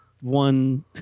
one